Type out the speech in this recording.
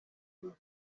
ibintu